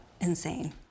insane